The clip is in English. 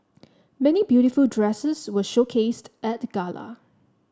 many beautiful dresses were showcased at the gala